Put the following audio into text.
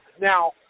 Now